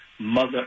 Mother